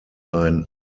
ein